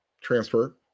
transfer